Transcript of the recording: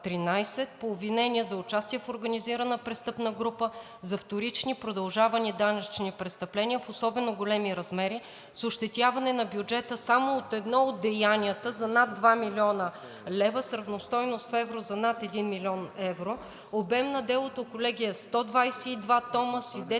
по обвинение за участие в организирана престъпна група за вторични продължавани данъчни престъпления в особено големи размери, с ощетяване на бюджета само от едно от деянията за над 2 млн. лв. с равностойност в евро за над 1 млн. евро. Обемът на делото, колеги, е 122 тома. Свидетелите